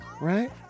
Right